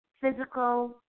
physical